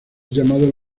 llamado